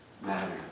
matter